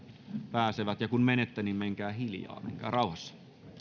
pääsevät ja kun menette niin menkää hiljaa